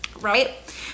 right